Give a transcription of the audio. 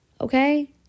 Okay